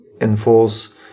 enforce